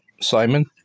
Simon